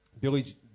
Billy